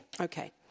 Okay